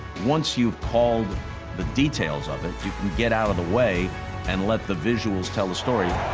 once you've called the details of it, you can get out of the way and let the visuals tell the story.